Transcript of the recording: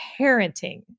parenting